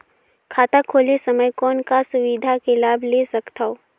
खाता खोले समय कौन का सुविधा के लाभ ले सकथव?